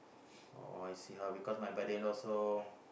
oh I see how because my brother-in-law so